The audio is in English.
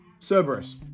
Cerberus